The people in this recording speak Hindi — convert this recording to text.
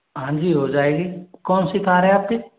हाँ जी हो जाएगी कौनसी कार है आपकी